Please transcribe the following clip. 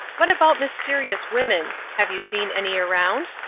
what about mysterious women? have you seen any around?